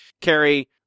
Carrie